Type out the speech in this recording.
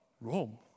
Rome